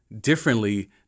differently